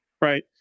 right